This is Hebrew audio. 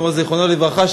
זיכרונו לברכה,